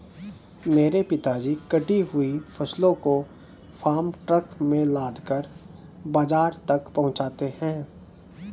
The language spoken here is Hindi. मेरे पिताजी कटी हुई फसलों को फार्म ट्रक में लादकर बाजार तक पहुंचाते हैं